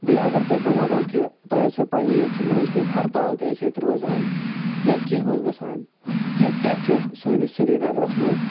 بیٚیہِ اگر تۄہہِ بہٕ وَنو کہِ تۄہہِ آسیو پَیی ییٚتہِ چھِ مٔنٛزۍ مٔنٛزۍ ہرتال تہِ ٲسۍ ییٚتہِ روزان یا کینٛہہ اوس گَژھان ییٚتہِ کیاہ چھُ سٲنِس سرینَگرَس مَنٛز